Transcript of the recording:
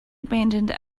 abandoned